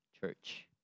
church